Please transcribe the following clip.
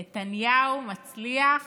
נתניהו מצליח,